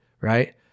Right